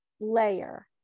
layer